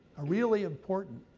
a really important